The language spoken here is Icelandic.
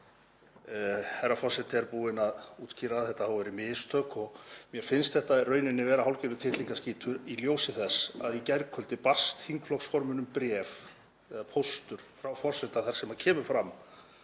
herra forseti er búinn að útskýra að þetta hafi verið mistök og mér finnst þetta í rauninni vera hálfgerður tittlingaskítur í ljósi þess að í gærkvöldi barst þingflokksformönnum bréf eða póstur frá forseta þar sem kemur fram